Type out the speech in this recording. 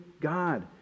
God